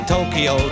Tokyo